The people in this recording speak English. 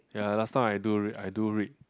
ya last time I do read I do read